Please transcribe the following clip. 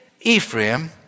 Ephraim